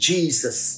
Jesus